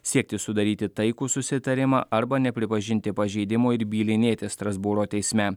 siekti sudaryti taikų susitarimą arba nepripažinti pažeidimo ir bylinėtis strasbūro teisme